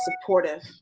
supportive